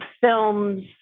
films